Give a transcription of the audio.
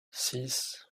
six